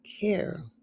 care